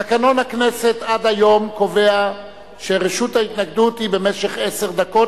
תקנון הכנסת עד היום קובע שרשות ההתנגדות היא במשך עשר דקות,